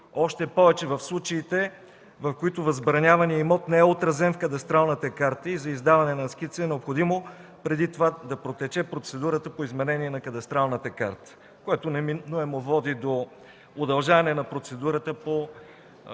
още повече в случаите, в които възбраняваният имот не е отразен в кадастралната карта и за издаване на скица е необходимо преди това да протече процедурата по изменение на кадастралната карта. Това неминуемо води до удължаване на процедурата по